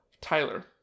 Tyler